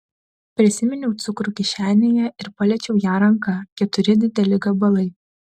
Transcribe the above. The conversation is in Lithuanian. prisiminiau cukrų kišenėje ir paliečiau ją ranka keturi dideli gabalai